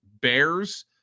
Bears –